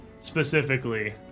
specifically